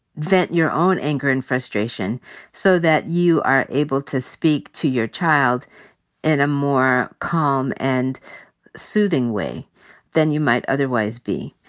vent your own anger and frustration so that you are able to speak to your child in a more calm and soothing way than you might otherwise be.